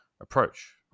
approach